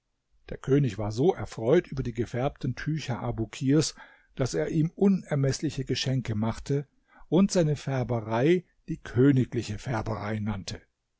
der könig war so erfreut über die gefärbten tücher abukirs daß er ihm unermeßliche geschenke machte und seine färberei die königliche färberei nannte